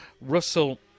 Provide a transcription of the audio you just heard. Russell